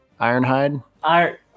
Ironhide